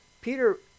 Peter